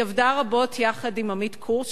היא עבדה רבות עם עמית קורץ,